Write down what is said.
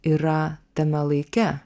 yra tame laike